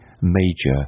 major